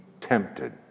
tempted